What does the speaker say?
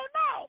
no